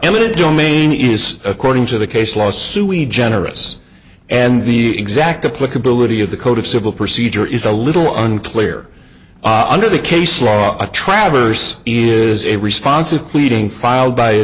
eminent domain is according to the case law sui generous and the exact of click ability of the code of civil procedure is a little unclear under the case law a traverse is a responsive pleading filed by a